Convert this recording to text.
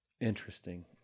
Interesting